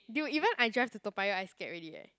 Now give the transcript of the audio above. dude even I drive to Toa-Payoh I scared already leh